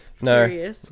No